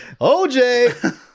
OJ